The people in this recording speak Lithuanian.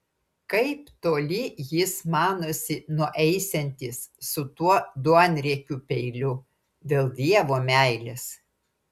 kaip toli jis manosi nueisiantis su tuo duonriekiu peiliu dėl dievo meilės